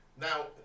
Now